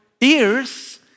ears